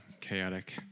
chaotic